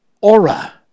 aura